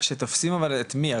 שתופסים אבל את מי?